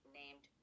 named